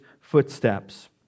footsteps